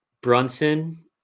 Brunson